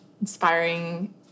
inspiring